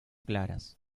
claras